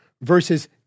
versus